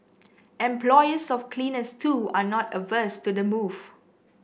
employers of cleaners too are not averse to the move